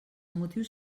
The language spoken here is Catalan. motius